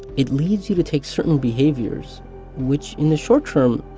it leads you to take certain behaviors which, in the short term,